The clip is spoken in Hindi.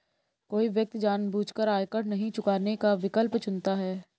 कोई व्यक्ति जानबूझकर आयकर नहीं चुकाने का विकल्प चुनता है